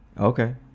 Okay